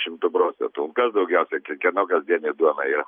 šimtu procentų o kas daugiausiai kieno kasdienė duona yra